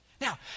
Now